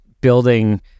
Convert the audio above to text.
building